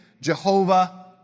Jehovah